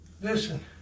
Listen